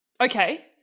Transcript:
okay